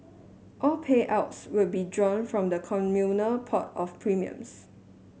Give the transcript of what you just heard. all payouts will be drawn from the communal pot of premiums